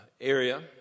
area